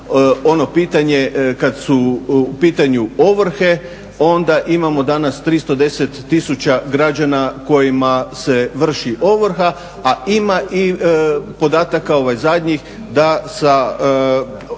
ono pitanje kad su, kad su u pitanju ovrhe, onda imamo danas 310 tisuća građana kojima se vrši ovrha, a ima i podataka ovaj zadnjih da sa